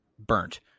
burnt